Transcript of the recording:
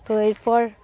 তো এরপর